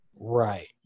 right